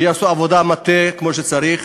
יעשו עבודת מטה כמו שצריך